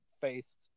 faced –